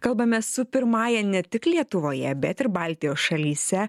kalbames su pirmąja ne tik lietuvoje bet ir baltijos šalyse